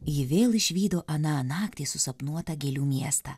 ji vėl išvydo aną naktį susapnuotą gėlių miestą